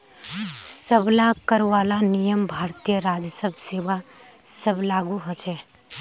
सब ला कर वाला नियम भारतीय राजस्व सेवा स्व लागू होछे